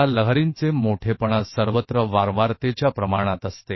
तो शक्ति इन तरंगों का आयाम सार्वभौमिक रूप से आवृत्ति के लिए आनुपातिक है